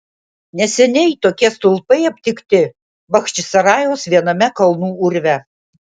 neseniai tokie stulpai aptikti bachčisarajaus viename kalnų urve